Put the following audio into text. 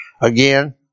again